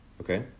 Okay